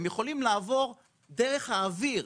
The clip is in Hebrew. הם יכולים לעבור דרך האוויר,